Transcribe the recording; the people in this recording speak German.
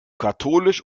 katholisch